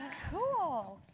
cool.